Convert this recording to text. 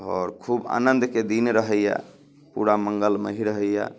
आओर खूब आनन्दके दिन रहैये पूरा मङ्गलमय रहैये